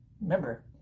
Remember